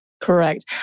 Correct